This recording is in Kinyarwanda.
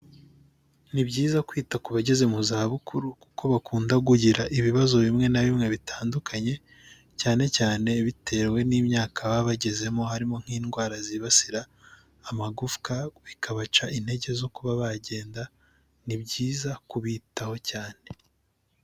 Ni byiza kwita ku bageze mu za bukuru, kuko bakunda kugira ibibazo bimwe na bimwe bitandukanye, cyane cyane bitewe n'imyaka baba bagezemo, harimo nk'indwara zibasira amagufwa, bikabaca intege zo kuba bagenda, ni byiza kubitaho cyane.